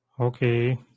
Okay